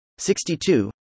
62